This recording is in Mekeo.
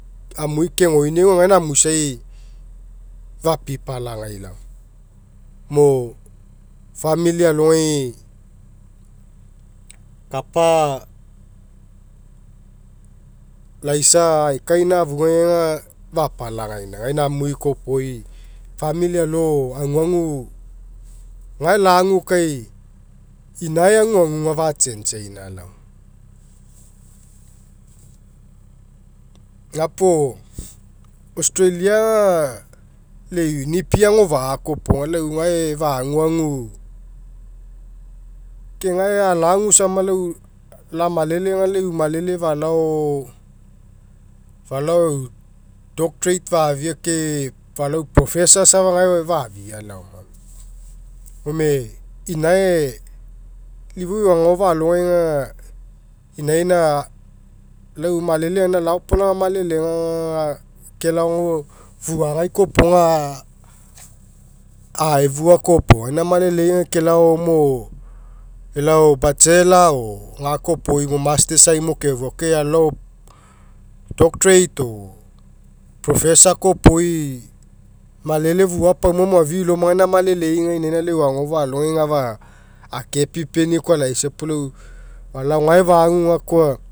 amui kegoiniau aga gaina aniuisai fapipalagai laoma mo famili alogai kapa laisa aekainia afugai fapalapgaina gaina amui kopoga famili alo aguagu gae lagu kai inae aguaguga fachange'inia laoma. Gapuo australia aga lau eu nipi agofa'a kopoga. Lau gae faguagu, ke gae alagu samagai lau lamalele aga, lau eu alele. Falao falao eu doctorate fafia ke falao eu professor safa gae fafia laoma moisa. Gome inae lau ifou eu agofa'a alogai inaina iau malele gaina laopolaga malelega aga kelao aga fuagai kopoga aga ae fua kopoga. Gaina maleleie aga kelao mo bachelor or gakopoi mo masters ai mo kefua. Ke alolao doctorate or professor kon iopoi, malele fua pauma malafi'i lama auga gaina malelei aga inaina. Lau eu agofa'a alogai aga inaina lau eu agofa'a alogai aga afa akepipeni koa laisa puo lau falao gae fagu gakoa.